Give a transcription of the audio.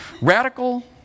Radical